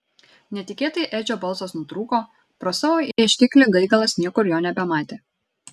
netikėtai edžio balsas nutrūko pro savo ieškiklį gaigalas niekur jo nebematė